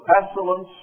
pestilence